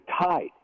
tied